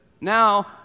now